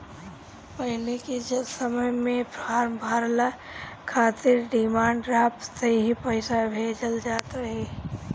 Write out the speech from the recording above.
पहिले के समय में फार्म भरला खातिर डिमांड ड्राफ्ट से ही पईसा भेजल जात रहे